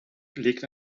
legt